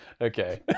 okay